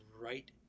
right